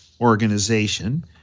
organization